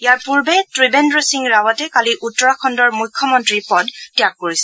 ইয়াৰ পূৰ্বে ত্ৰিবেদ্ৰ সিং ৰাৱটে কালি উত্তৰাখণ্ডৰ মুখ্যমন্ত্ৰী পদ ত্যাগ কৰিছিল